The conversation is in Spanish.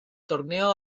torneo